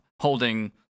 Holding